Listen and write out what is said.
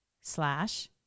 slash